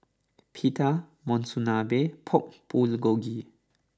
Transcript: Pita Monsunabe and Pork Bulgogi